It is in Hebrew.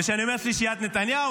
וכשאני אומר שלישיית נתניהו,